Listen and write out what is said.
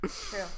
True